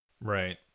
Right